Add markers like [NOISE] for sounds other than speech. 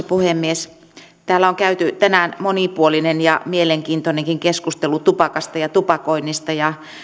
[UNINTELLIGIBLE] puhemies täällä on käyty tänään monipuolinen ja mielenkiintoinenkin keskustelu tupakasta ja tupakoinnista